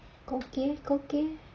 kau okay kau okay